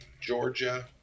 Georgia